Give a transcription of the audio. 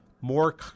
more